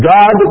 God